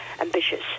ambitious